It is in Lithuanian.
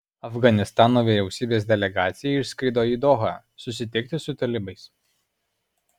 afganistano vyriausybės delegacija išskrido į dohą susitikti su talibais